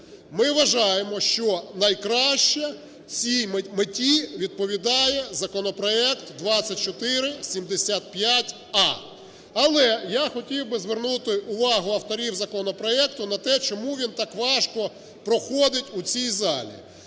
Ми вважаємо, що найкраще цій меті відповідає законопроект 2475а. Але я хотів би звернути увагу авторів законопроекту на те чому він так важко проходить у цій залі.